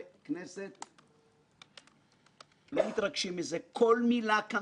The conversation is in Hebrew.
התכוונו לומר דברים הרבה יותר אישיים.